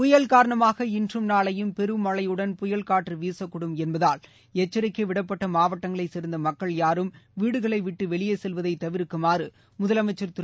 புயல் காரணமாக இன்றும் நாளையும் பெரும் மழையுடன் புயல் காற்று வீசக்கூடும் என்பதால் எச்சரிக்கை விடப்பட்ட மாவட்டங்களைச் சேர்ந்த மக்கள் யாரும் வீடுகளை விட்டு வெளியே செல்வதை தவிர்க்குமாறு முதலமைச்சர் திரு